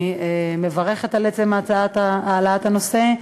ואני מברכת על עצם העלאת הנושא.